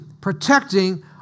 protecting